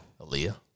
Aaliyah